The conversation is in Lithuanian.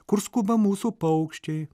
kur skuba mūsų paukščiai